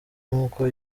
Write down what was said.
nk’uko